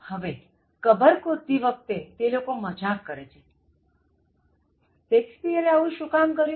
હવેકબર ખોદતી વખતે તે લોકો મજાક કરે છે શેક્સપિઅરે આવું શું કામ કર્યુ